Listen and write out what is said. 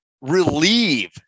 relieve